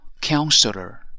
counselor